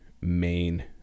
main